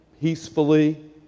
peacefully